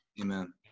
Amen